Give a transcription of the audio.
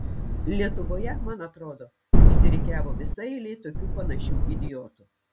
lietuvoje man atrodo išsirikiavo visa eilė tokių panašių idiotų